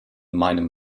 meinem